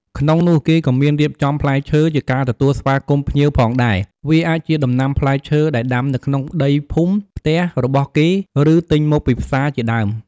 ក្នុងនោះគេក៍មានរៀបចំផ្លែឈើ ជាការទទួលស្វាគមន៍ភ្ញៀវផងដែរ វាអាចជាដំណាំផ្លែឈើដែលដាំនៅក្នុងដីភូមិផ្ទះរបស់គេ ឬទញមកពីផ្សារជាដើម។